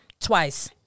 twice